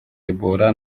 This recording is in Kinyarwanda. ebola